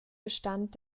bestand